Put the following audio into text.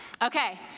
Okay